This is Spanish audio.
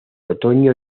otoño